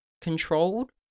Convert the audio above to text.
controlled